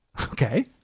Okay